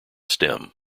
stem